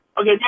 Okay